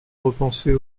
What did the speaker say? repenser